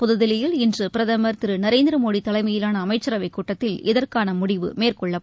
புதுதில்லியில் இன்று பிரதமர் திரு நரேந்திர மோடி தலைமையிலான அமைச்சரவை கூட்டத்தில் இதற்கான முடிவு மேற்கொள்ளப்பட்டது